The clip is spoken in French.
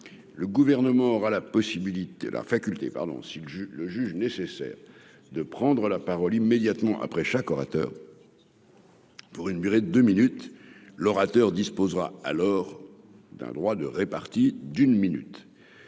la faculté pardon s'il le juge nécessaire de prendre la parole immédiatement après chaque orateur. Pour une durée de minutes l'orateur disposera alors d'un droit de réparties d'une minute,